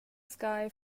sky